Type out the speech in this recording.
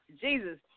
Jesus